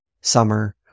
summer